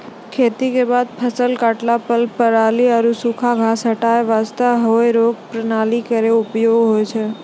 खेती क बाद फसल काटला पर पराली आरु सूखा घास हटाय वास्ते हेई रेक प्रणाली केरो उपयोग होय छै